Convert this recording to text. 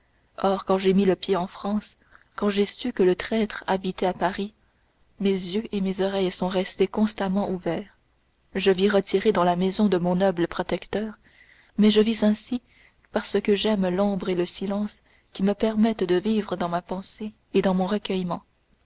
or quand j'ai mis le pied en france quand j'ai su que le traître habitait paris mes yeux et mes oreilles sont restés constamment ouverts je vis retirée dans la maison de mon noble protecteur mais je vis ainsi parce que j'aime l'ombre et le silence qui me permettent de vivre dans ma pensée et dans mon recueillement